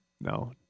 No